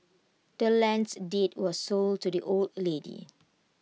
the land's deed was sold to the old lady